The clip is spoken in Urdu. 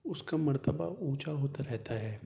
اس کا مرتبہ اونچا ہوتا رہتا ہے